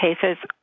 cases